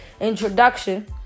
introduction